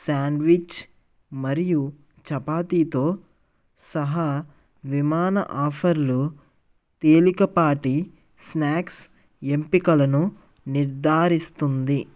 sandwich మరియు చపాతితో సహా విమాన ఆఫర్లు తేలికపాటి స్నాక్స్ ఎంపికలను నిర్ధారిస్తుంది